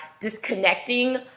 disconnecting